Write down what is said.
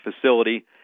facility